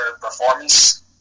performance